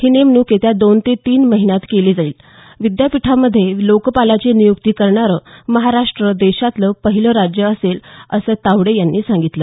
ही नेमणूक येत्या दोन ते तीन महिन्यात केली जाईल विद्यापीठांमध्ये लोकपालाची नियुक्ती करणारं महाराष्ट्र देशातलं पहिलं राज्य असेल असं तावडे यांनी सांगितलं